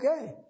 okay